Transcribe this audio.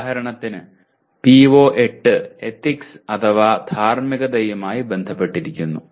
ഉദാഹരണത്തിന് PO8 ethics അഥവാ ധാർമ്മികതയുമായി ബന്ധപ്പെട്ടിരിക്കുന്നു